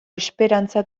esperantza